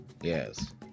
Yes